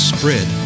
Spread